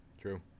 True